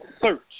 search